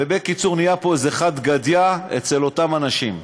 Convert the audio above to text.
ובקיצור נהיה פה איזה חד-גדיא אצל אותם אנשים.